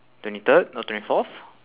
twenty third or twenty fourth